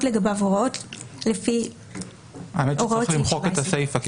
לגביו הוראות סעיף 17.". צריך למחוק את הסיפה כי